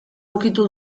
ukitu